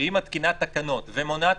שהיא מתקינה תקנות שמונעות